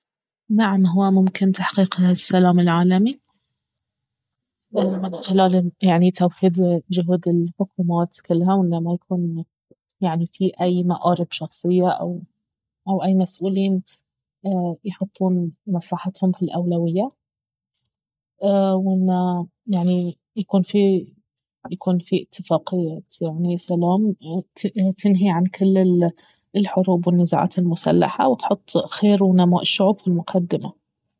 نعم اهو ممكن تحقيق السلام العالمي من خلال يعني توحيد جهود الحكومات كلها وانه ما يكون يعني في أي مآرب شخصية او أي مسؤولين يحطون مصلحتهم في الأولوية وانه يعني يكون في يكون في اتفاقية سلام تنهي عن كل الحروب والنزاعات المسلحة وتحط خير ونماء الشعوب في المقدمة